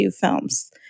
films